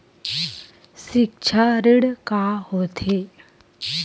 सिक्छा ऋण का होथे?